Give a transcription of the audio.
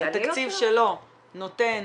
התקציב שלו נותן